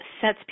sets